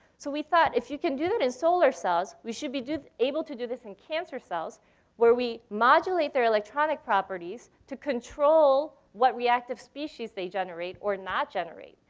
so we thought, if you can do that in solar cells, we should be able to do this in cancer cells where we modulate their electronic properties to control what reactive species they generate or not generate.